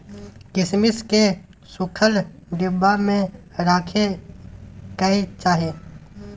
किशमिश केँ सुखल डिब्बा मे राखे कय चाही